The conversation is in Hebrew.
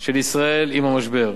של ישראל עם המשבר.